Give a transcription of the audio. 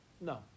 No